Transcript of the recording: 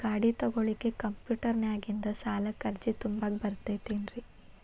ಗಾಡಿ ತೊಗೋಳಿಕ್ಕೆ ಕಂಪ್ಯೂಟೆರ್ನ್ಯಾಗಿಂದ ಸಾಲಕ್ಕ್ ಅರ್ಜಿ ತುಂಬಾಕ ಬರತೈತೇನ್ರೇ?